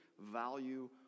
value